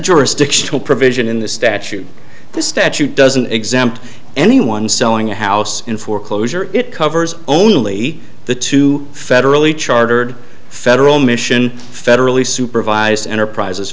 jurisdictional provision in the statute this statute doesn't exempt anyone selling a house in foreclosure it covers only the two federally chartered federal mission federally supervised enterprises